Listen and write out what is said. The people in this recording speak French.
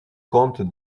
compte